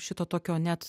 šito tokio net